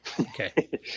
Okay